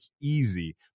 easy